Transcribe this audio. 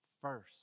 first